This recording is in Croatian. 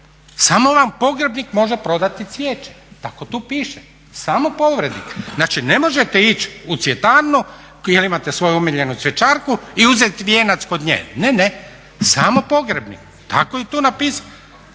samo vam pogrebnik može prodati cvijeće, tako tu piše, samo pogrebnik. Znači, ne možete ići u cvjećarnu jer imate svoju omiljenu cvjećarku i uzeti vijenac kod nje, ne, ne samo pogrebnik tako je tu napisano.